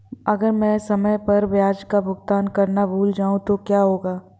अगर मैं समय पर ब्याज का भुगतान करना भूल जाऊं तो क्या होगा?